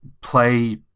play